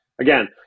again